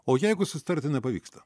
o jeigu susitarti nepavyksta